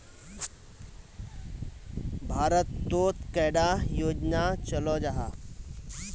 भारत तोत कैडा योजना चलो जाहा?